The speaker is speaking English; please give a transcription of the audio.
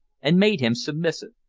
and made him submissive.